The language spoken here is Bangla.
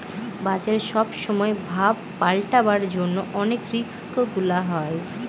বাজারে সব সময় ভাব পাল্টাবার জন্য অনেক রিস্ক গুলা হয়